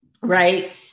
Right